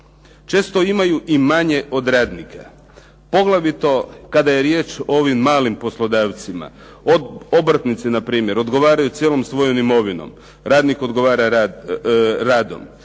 Često imaju i manje od radnika, poglavito kada je riječ o ovim malim poslodavcima. Obrtnici npr. odgovaraju cijelom svojom imovinom, radnik odgovara radom.